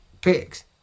pigs